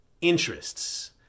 interests